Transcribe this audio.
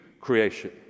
creation